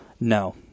No